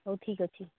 ହଉ ଠିକ୍ ଅଛି